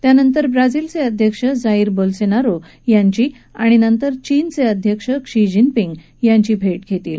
त्यानंतर ब्राझीलचे अध्यक्ष जाईर बोल्सोनारो यांची आणि नंतर चिनचे अध्यक्ष शी जिनपिंग यांची भेट घेतील